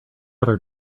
other